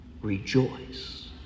rejoice